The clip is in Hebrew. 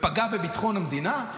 ופגע בביטחון המדינה?